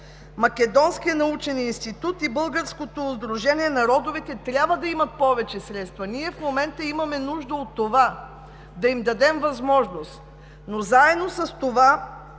Македонският научен институт, и Българското сдружение на родовете трябва да имат повече средства. Ние в момента имаме нужда от това – да им дадем възможност, но заедно с това